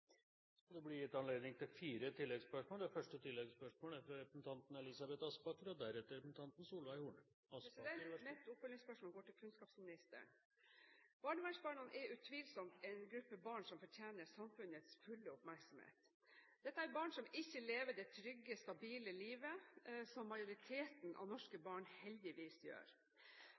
Det blir anledning til fire oppfølgingsspørsmål – først Elisabeth Aspaker. Mitt oppfølgingsspørsmål går til kunnskapsministeren. Barnevernsbarna er utvilsomt en gruppe barn som fortjener samfunnets fulle oppmerksomhet. Dette er barn som ikke lever det trygge, stabile livet som majoriteten av norske barn heldigvis gjør.